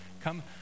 Come